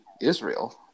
Israel